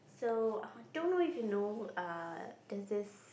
so I don't know if you know err there's this